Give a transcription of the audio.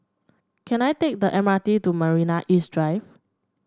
can I take the M R T to Marina East Drive